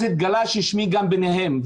אז התגלה ששמי גם ביניהם.